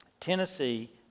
Tennessee